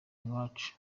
ubwacu